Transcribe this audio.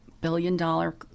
billion-dollar